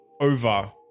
over